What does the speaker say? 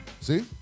See